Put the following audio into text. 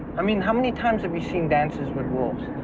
i mean how many times have you seen dances with wolves?